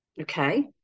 Okay